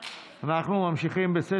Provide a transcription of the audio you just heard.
16,